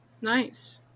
Nice